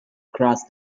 cross